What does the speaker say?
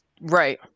right